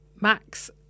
Max